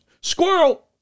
Squirrel